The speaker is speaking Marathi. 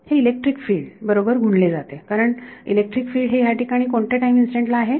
हे इलेक्ट्रिक फिल्ड बरोबर गुणले जाते कारण इलेक्ट्रिक फील्ड हे याठिकाणी कोणत्या टाईम इन्स्टंट ला आहे